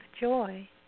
joy